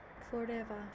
Forever